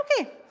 okay